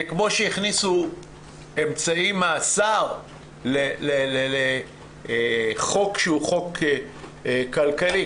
כמו שהכניסו אמצעי מאסר לחוק שהוא חוק כלכלי,